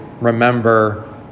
remember